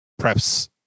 preps